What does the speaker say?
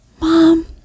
Mom